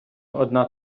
одна